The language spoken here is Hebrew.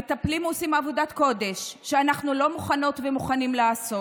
המטפלים עושים עבודת קודש שאנחנו לא מוכנות ומוכנים לעשות.